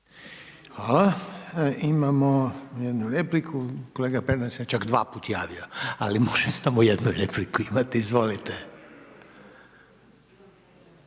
Hvala. Imamo jednu repliku, kolega Pernar se čak 2 puta javio, ali može samo jednu repliku imati. Izvolite.